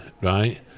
right